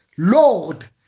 Lord